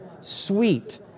Sweet